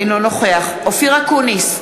אינו נוכח אופיר אקוניס,